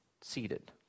seated